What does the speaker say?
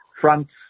fronts